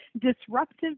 disruptive